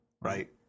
Right